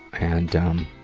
and, um,